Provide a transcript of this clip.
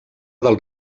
del